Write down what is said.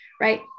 right